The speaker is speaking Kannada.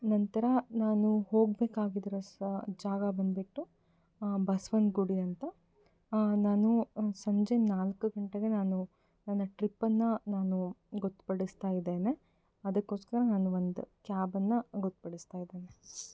ನಂತರ ನಾನು ಹೋಗ್ಬೇಕಾಗಿದ್ದ ಸ ಜಾಗ ಬಂದ್ಬಿಟ್ಟು ಬಸ್ವನಗುಡಿ ಅಂತ ನಾನು ಸಂಜೆ ನಾಲ್ಕು ಗಂಟೆಗೆ ನಾನು ನನ್ನ ಟ್ರಿಪ್ಪನ್ನು ನಾನು ಗೊತ್ತುಪಡಿಸ್ತಾ ಇದ್ದೇನೆ ಅದಕ್ಕೋಸ್ಕರ ನಾನು ಒಂದು ಕ್ಯಾಬನ್ನು ಗೊತ್ತುಪಡಿಸ್ತಾ ಇದ್ದೇನೆ